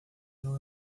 não